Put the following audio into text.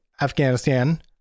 afghanistan